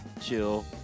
chill